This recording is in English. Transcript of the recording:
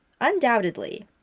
Undoubtedly